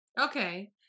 Okay